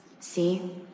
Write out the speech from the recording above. see